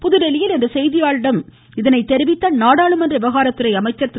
புதுதில்லியில் இன்று செய்தியாளர்களிடம் இதை தெரிவித்த நாடாளுமன்ற விவகாரத்துறை அமைச்சர் திரு